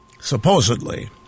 supposedly